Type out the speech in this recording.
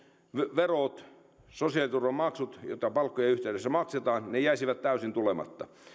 verot sosiaaliturvamaksut joita palkkojen yhteydessä maksetaan jäisivät täysin tulematta